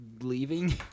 leaving